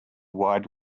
wide